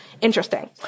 interesting